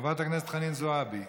חברת הכנסת חנין זועבי,